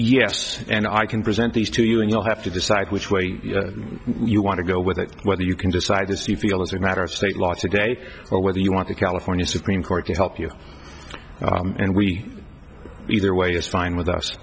yes and i can present these to you and you have to decide which way you want to go with it whether you can decide this you feel as a matter of state law today or whether you want the california supreme court to help you and we either way is fine with us